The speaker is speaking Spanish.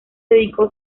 dedicó